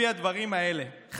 לפי הדברים האלה.